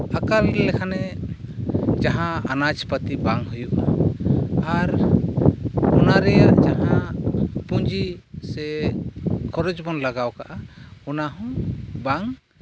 ᱟᱠᱟᱞ ᱞᱮᱠᱷᱟᱱᱮ ᱡᱟᱦᱟᱸ ᱟᱱᱟᱡᱽᱯᱟᱹᱛᱤ ᱵᱟᱝ ᱦᱩᱭᱩᱜᱼᱟ ᱟᱨ ᱚᱱᱟ ᱨᱮᱭᱟᱜ ᱡᱟᱦᱟᱸ ᱯᱩᱸᱡᱤ ᱥᱮ ᱠᱷᱚᱨᱚᱪ ᱵᱚᱱ ᱞᱟᱜᱟᱣ ᱠᱟᱜᱼᱟ ᱚᱱᱟᱦᱚᱸ ᱵᱟᱝ